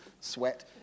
sweat